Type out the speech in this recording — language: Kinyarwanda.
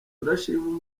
turashimira